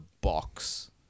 box